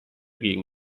gegen